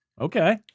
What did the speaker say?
Okay